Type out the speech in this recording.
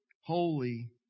holy